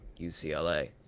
UCLA